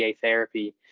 therapy